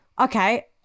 Okay